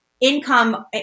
Income